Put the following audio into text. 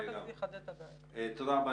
תודה רבה.